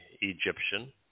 Egyptian